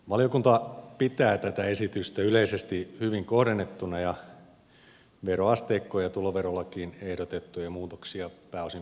valiokunta pitää tätä esitystä yleisesti hyvin kohdennettuna ja veroasteikkoon ja tuloverolakiin ehdotettuja muutoksia pääosin perusteltuina